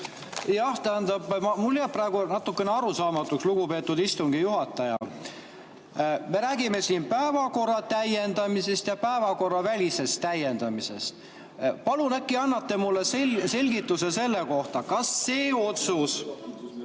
Jah, tähendab, mulle jääb praegu [see] natuke arusaamatuks, lugupeetud istungi juhataja. Me räägime siin päevakorra täiendamisest ja päevakorravälisest täiendamisest. Palun, äkki annate mulle selgituse selle kohta, kas see otsus,